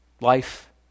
life